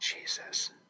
Jesus